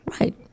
Right